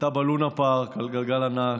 אתה בלונה פארק על גלגל ענק.